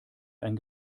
ein